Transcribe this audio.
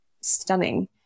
stunning